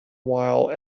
while